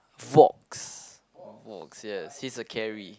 Vox Vox yes he's a carry